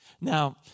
Now